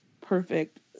Perfect